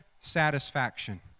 satisfaction